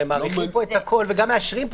הרי מאריכים פה את הכול, וגם מאשרים.